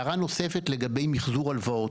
הערה נוספת, לגבי מחזור הלוואות.